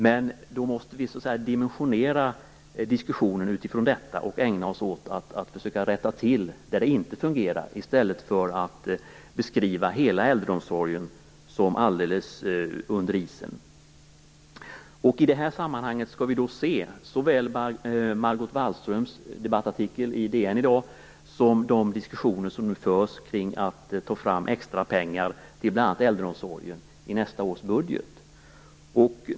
Men då måste vi dimensionera diskussionen utifrån detta och ägna oss åt att försöka rätta till det där det inte fungerar i stället för att beskriva hela äldreomsorgen som om den vore alldeles under isen. I detta sammanhang skall vi se såväl Margot Wallströms debattartikel i DN i dag som de diskussioner som nu förs om att i nästa års budget ta fram extra pengar till bl.a. äldreomsorgen.